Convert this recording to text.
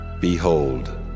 Behold